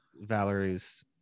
Valerie's